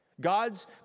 God's